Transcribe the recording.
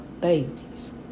babies